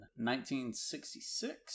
1966